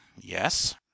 Yes